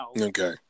Okay